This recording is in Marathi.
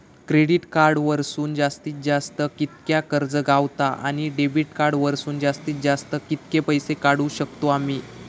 क्रेडिट कार्ड वरसून जास्तीत जास्त कितक्या कर्ज गावता, आणि डेबिट कार्ड वरसून जास्तीत जास्त कितके पैसे काढुक शकतू आम्ही?